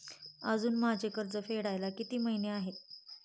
अजुन माझे कर्ज फेडायला किती महिने आहेत?